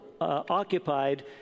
occupied